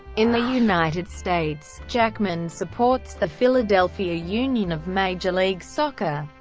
in the united states, jackman supports the philadelphia union of major league soccer,